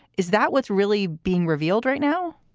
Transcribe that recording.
is that what's really being revealed right now?